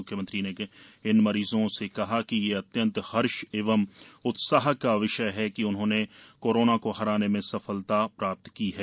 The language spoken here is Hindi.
म्ख्यमंत्री ने इन मरीजों से कहा कि यह अत्यंत हर्ष एवं उत्साह का विषय है कि उन्होंने कोरोना को हराने में सफलता प्राप्त की है